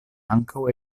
ankaŭ